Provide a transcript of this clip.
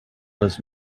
was